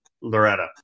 Loretta